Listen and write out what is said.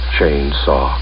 Chainsaw